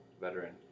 veteran